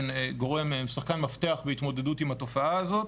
הן שחקן מפתח בהתמודדות עם התופעה הזאת.